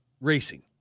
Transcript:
Racing